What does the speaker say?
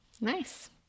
Nice